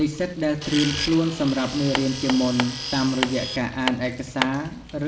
និស្សិតដែលត្រៀមខ្លួនសម្រាប់មេរៀនជាមុន តាមរយៈការអានឯកសារ